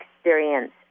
experience